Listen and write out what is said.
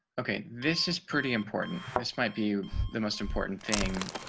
okay, this is pretty important. this might be the most important thing